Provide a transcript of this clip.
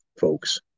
folks